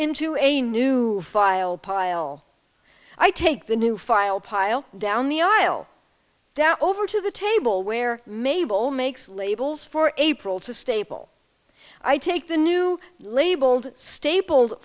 into a new file pile i take the new file pile down the aisle down over to the table where mable makes labels for april to stable i take the new labeled stapled